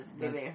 baby